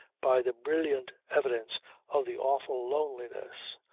by the brilliant evidence of the awful loneliness,